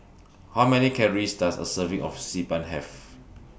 How Many Calories Does A Serving of Xi Ban Have